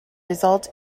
result